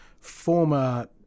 former